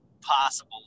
possible